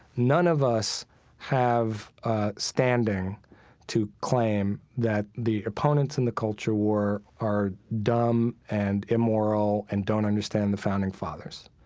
none of us have ah standing to claim that the opponents in the culture war are dumb and immoral and don't understand the founding fathers.